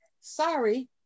Sorry